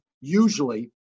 usually